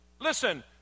Listen